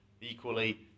Equally